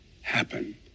happen